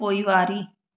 पोइवारी